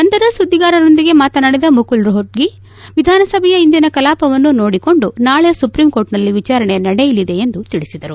ನಂತರ ಸುದ್ದಿಗಾರರೊಂದಿಗೆ ಮಾತನಾಡಿದ ಮುಕುಲ್ ರೋಹಟಗಿ ವಿಧಾನಸಭೆಯ ಇಂದಿನ ಕಲಾಪವನ್ನು ನೋಡಿಕೊಂಡು ನಾಳೆ ಸುಪ್ರೀಂ ಕೋರ್ಟ್ನಲ್ಲಿ ವಿಚಾರಣೆ ನಡೆಯಲಿದೆ ಎಂದು ತಿಳಿಸಿದರು